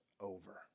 over